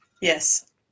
Yes